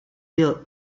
дел